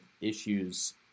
issues